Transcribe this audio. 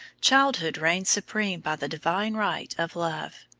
childhood reigns supreme by the divine right of love.